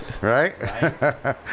Right